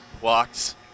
walks